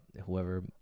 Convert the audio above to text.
whoever